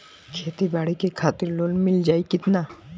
खेती बाडी के खातिर लोन मिल जाई किना?